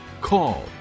call